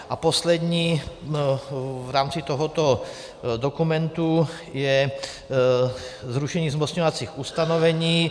A poslední v rámci tohoto dokumentu je zrušení zmocňovacích ustanovení.